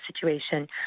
situation